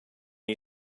you